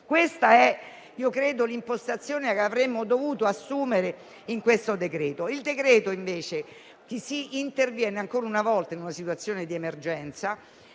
questa è l'impostazione che avremmo dovuto assumere in questo decreto. Il decreto-legge, invece, interviene ancora una volta in una situazione di emergenza,